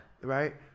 right